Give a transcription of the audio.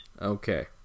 Okay